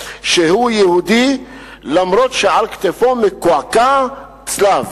שהוא יהודי אף-על-פי שעל כתפו מקועקע צלב.